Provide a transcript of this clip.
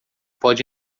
pode